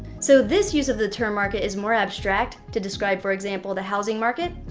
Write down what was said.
so this use of the term market is more abstract to describe, for example, the housing market.